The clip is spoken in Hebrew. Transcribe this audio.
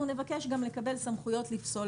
אנחנו נבקש גם לקבל סמכויות לפסול